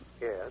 Yes